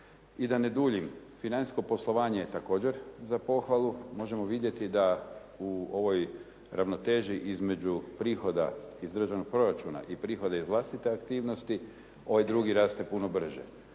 I da ne duljim. Financijsko poslovanje je također za pohvalu. Možemo vidjeti da u ovoj ravnoteži između prihoda iz državnog proračuna i prihoda iz vlastite aktivnosti ovaj drugi raste puno brže.